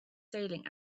sailing